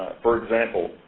for example,